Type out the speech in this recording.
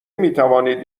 میتوانید